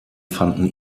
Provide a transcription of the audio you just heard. fanden